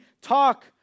talk